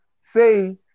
say